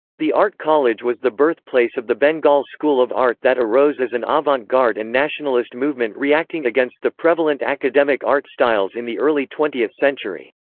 the art college was the birthplace of the bengal school of art that arose as an ah avant garde and nationalist movement reacting against the prevalent academic art styles in the early twentieth century.